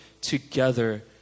together